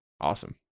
Awesome